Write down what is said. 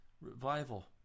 revival